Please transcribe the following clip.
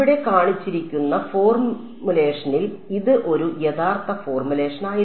ഇവിടെ കാണിച്ചിരിക്കുന്ന ഫോർമുലേഷനിൽ ഇത് ഒരു യഥാർത്ഥ ഫോർമുലേഷനായിരുന്നു